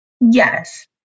Yes